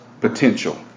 potential